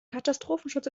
katastrophenschutz